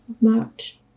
March